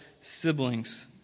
siblings